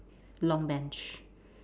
long bench